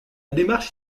démarche